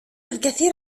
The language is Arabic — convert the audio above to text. الكثير